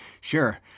Sure